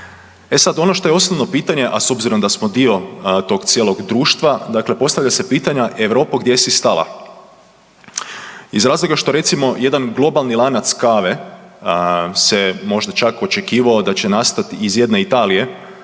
E sad, ono što je osnovno pitanje, a s obzirom da smo dio tog cijelog društva, dakle postavlja se pitanja „Europo, gdje si stala?“ iz razloga što recimo, jedan globalni lanac kave se možda čak očekivao da će nastati iz jedne Italije,